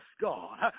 God